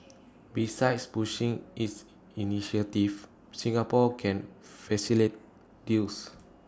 besides pushing its initiatives Singapore can facilitate deals